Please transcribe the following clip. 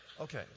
Okay